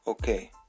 Okay